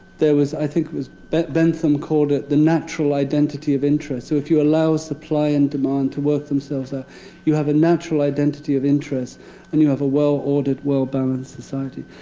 there was i think but bentham called it the natural identity of interest. so if you allow supply and demand to work themselves ah you have a natural identity of interest and you have a well-ordered, well-balanced society.